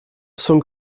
som